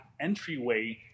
entryway